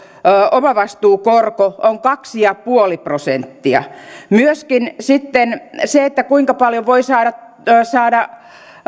omavastuukorko on kaksi pilkku viisi prosenttia myöskin sitten se kuinka paljon voi